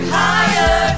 higher